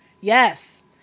Yes